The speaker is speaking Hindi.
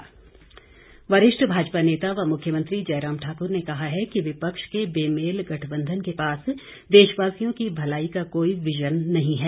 जयराम वरिष्ठ भाजपा नेता व मुख्यमंत्री जयराम ठाकुर ने कहा है कि विपक्ष के बेमेल गठबंधन के पास देशवासियों की भलाई का कोई विजन नहीं है